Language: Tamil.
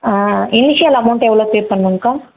இனிஷியல் அமௌண்ட் எவ்வளோ பே பண்ணணுங்க்கா